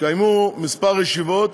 התקיימו כמה ישיבות,